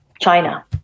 China